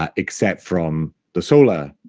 um except from the solar